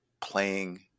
playing